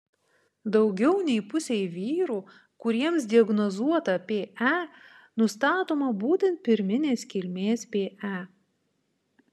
daugiau nei pusei vyrų kuriems diagnozuota pe nustatoma būtent pirminės kilmės pe